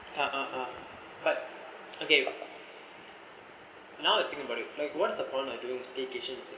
ah ah ah but okay now to think about it like what's the point of doing staycations